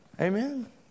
Amen